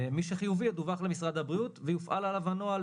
ומי שחיובי ידווח למשרד הבריאות ויופעל עליו הנוהל